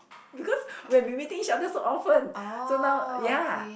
because we have been meeting each other so often so now ya